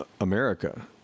America